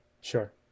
Sure